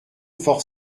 fort